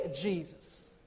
Jesus